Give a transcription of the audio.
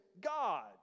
God